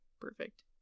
perfect